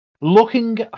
Looking